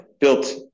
built